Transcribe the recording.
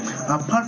Apart